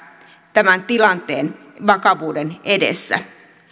tämän tilanteen vakavuuden edessä